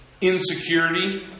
insecurity